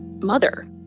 mother